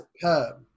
superb